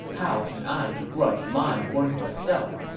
how can i begrudge my worthless self?